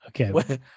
Okay